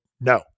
no